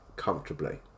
comfortably